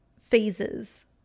phases